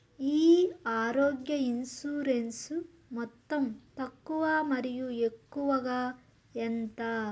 ఈ ఆరోగ్య ఇన్సూరెన్సు మొత్తం తక్కువ మరియు ఎక్కువగా ఎంత?